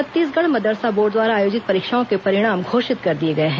छत्तीसगढ़ मदरसा बोर्ड द्वारा आयोजित परीक्षाओं के परिणाम घोषित कर दिए गए हैं